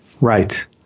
right